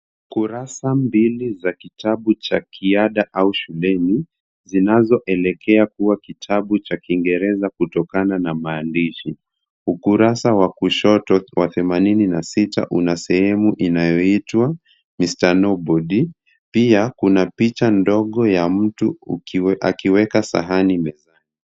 Kurasa mbili za kitabu cha kiada au shuleni, zinazoelekea kuwa kitabu cha Kiingereza kutokana na maandishi. Ukurasa wa kushoto wa themanini na sita una sehemu inayoitwa mister nobody . Pia kuna picha ndogo ya mtu akiweka sahani mezani.